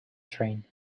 train